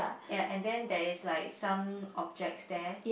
ya and then there is like some objects there